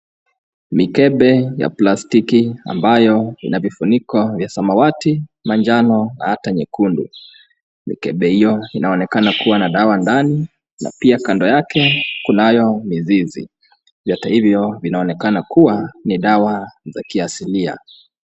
Mikebe ya plastiki ambayo ina vifuniko vya samawati, manjano na hata nyekundu. Mikebee hio inaonekana kuwa na dawa ndani na pia kando yake kunayo mizizi. Vyote hivo vinaonekana kuwa ni dawa za kiasilia.